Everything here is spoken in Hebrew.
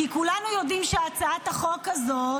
כי כולנו יודעים שהצעת החוק הזאת,